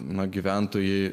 na gyventojai